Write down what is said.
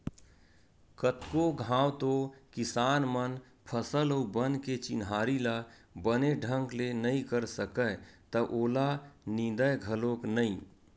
कतको घांव तो किसान मन फसल अउ बन के चिन्हारी ल बने ढंग ले नइ कर सकय त ओला निंदय घलोक नइ